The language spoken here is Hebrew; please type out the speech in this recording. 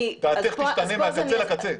דעתך תשתנה מהקצה אל הקצה.